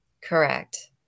Correct